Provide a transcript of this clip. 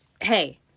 hey